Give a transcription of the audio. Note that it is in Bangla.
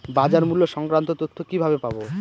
বাজার মূল্য সংক্রান্ত তথ্য কিভাবে পাবো?